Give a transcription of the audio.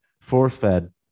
force-fed